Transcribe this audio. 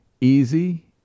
easy